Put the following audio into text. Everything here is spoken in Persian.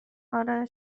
اره